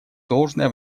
должное